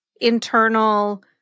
internal